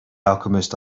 alchemist